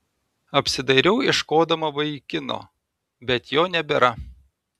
apsidairau ieškodama vaikino bet jo nebėra